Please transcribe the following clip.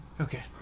Okay